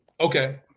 Okay